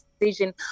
decision